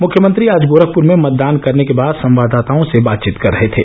मुख्यमंत्री आज गोरखपुर में मतदान करने के बाद संवाददाताओं से बातचीत कर रहे थे